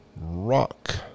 Rock